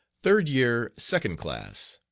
third year second class.